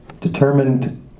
determined